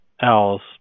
else